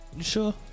sure